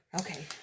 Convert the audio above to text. Okay